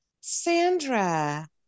Sandra